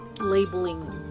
labeling